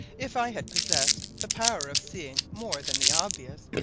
if i had possessed the power of seeing more than the obvious,